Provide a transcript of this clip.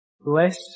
bless